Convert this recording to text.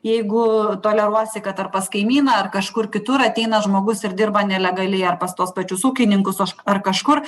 jeigu toleruosi kad ar pas kaimyną ar kažkur kitur ateina žmogus ir dirba nelegaliai ar pas tuos pačius ūkininkus aš ar kažkur